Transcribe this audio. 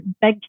big